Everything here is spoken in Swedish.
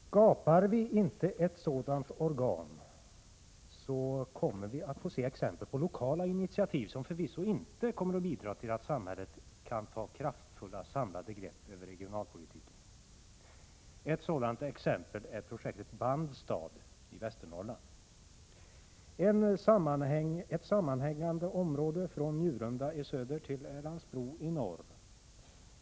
Skapar vi inte ett sådant organ kommer vi att få se exempel på lokala initiativ, som förvisso inte kommer att bidra till att samhället kan ta kraftfulla samlade grepp över regionalpolitiken. Ett sådant exempel är projektet Bandstad i Västernorrland, ett sammanhängande område från Njurunda i söder till Älandsbro i norr.